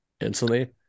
instantly